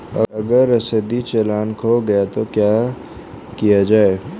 अगर रसीदी चालान खो गया तो क्या किया जाए?